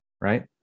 right